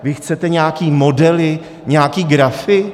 Vy chcete nějaké modely, nějaké grafy?